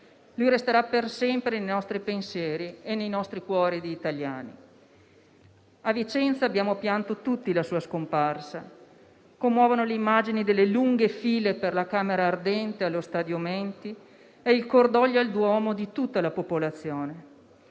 Lui resterà per sempre nei nostri pensieri e nei nostri cuori di italiani. A Vicenza abbiamo pianto tutti la sua scomparsa. Commuovono le immagini delle lunghe file per la camera ardente allo stadio Menti e il cordoglio al duomo di tutta la popolazione.